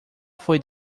fue